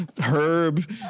Herb